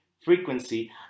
frequency